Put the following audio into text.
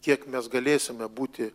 kiek mes galėsime būti